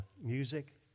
music